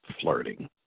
flirting